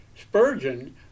Spurgeon